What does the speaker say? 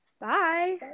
Bye